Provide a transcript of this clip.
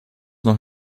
noch